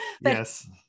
Yes